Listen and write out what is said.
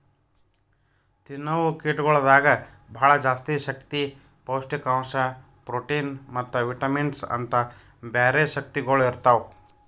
ತಿನ್ನವು ಕೀಟಗೊಳ್ದಾಗ್ ಭಾಳ ಜಾಸ್ತಿ ಶಕ್ತಿ, ಪೌಷ್ಠಿಕಾಂಶ, ಪ್ರೋಟಿನ್ ಮತ್ತ ವಿಟಮಿನ್ಸ್ ಅಂತ್ ಬ್ಯಾರೆ ಶಕ್ತಿಗೊಳ್ ಇರ್ತಾವ್